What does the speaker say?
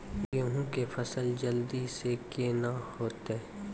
गेहूँ के फसल जल्दी से के ना होते?